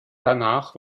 danach